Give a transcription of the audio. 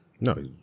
No